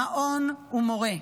מעון ומורה.